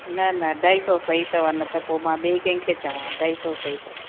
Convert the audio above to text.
न न अढाई सौ सही अथव न त पोइ मां ॿिए कंहिंखे चवां अढाई सौ सही अथव